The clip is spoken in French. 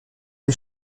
les